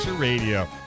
Radio